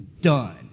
done